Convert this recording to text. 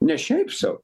ne šiaip sau